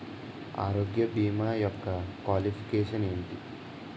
ఆరోగ్య భీమా యెక్క క్వాలిఫికేషన్ ఎంటి?